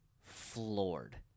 floored